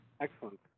Excellent